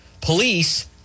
Police